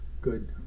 good